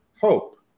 hope